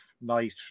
night